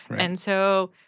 and so,